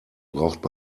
braucht